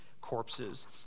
corpses